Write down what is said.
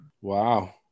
Wow